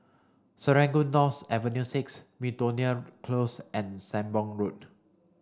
Serangoon North Avenue six Miltonia Close and Sembong Road